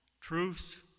truth